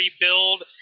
rebuild